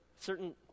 certain